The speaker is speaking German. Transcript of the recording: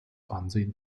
ansehen